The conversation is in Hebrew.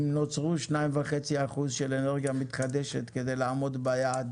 אם נוצרו שניים וחצי אחוזים של אנרגיה מתחדשת כדי לעמוד ביעד